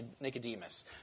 Nicodemus